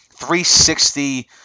360